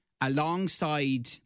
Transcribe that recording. alongside